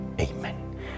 Amen